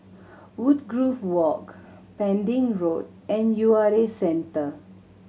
Woodgrove Walk Pending Road and U R A Centre